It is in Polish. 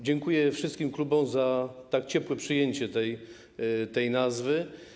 Dziękuję wszystkim klubom za tak ciepłe przyjęcie tej nazwy.